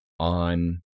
on